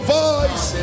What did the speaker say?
voice